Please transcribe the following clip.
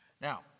Now